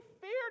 feared